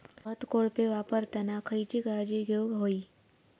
खत कोळपे वापरताना खयची काळजी घेऊक व्हयी?